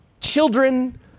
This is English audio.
children